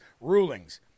rulings